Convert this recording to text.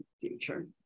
future